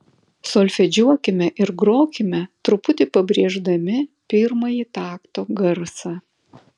solfedžiuokime ir grokime truputį pabrėždami pirmąjį takto garsą